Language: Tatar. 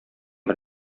бер